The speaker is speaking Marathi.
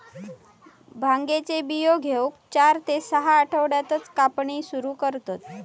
भांगेचे बियो घेऊक चार ते सहा आठवड्यातच कापणी सुरू करतत